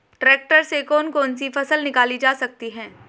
Tractor से कौन कौनसी फसल निकाली जा सकती हैं?